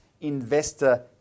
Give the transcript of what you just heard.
Investor